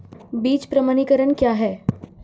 बीज प्रमाणीकरण क्या है?